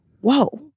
whoa